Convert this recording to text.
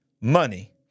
money